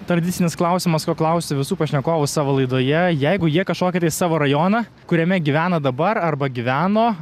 tradicinis klausimas ko klausiu visų pašnekovų savo laidoje jeigu jie kažkokį tai savo rajoną kuriame gyvena dabar arba gyveno